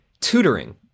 Tutoring